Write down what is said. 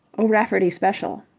o'rafferty special.